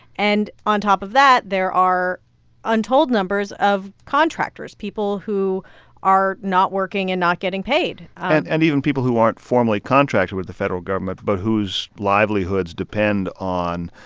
and, on top of that, there are untold numbers of contractors people who are not working and not getting paid and and even people who aren't formerly contracted with the federal government but whose livelihoods depend on